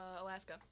Alaska